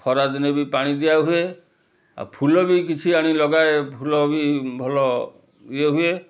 ଖରାଦିନେ ବି ପାଣି ଦିଆ ହୁଏ ଆଉ ଫୁଲ ବି କିଛି ଆଣି ଲଗାଏ ଫୁଲ ବି ଭଲ ଇଏ ହୁଏ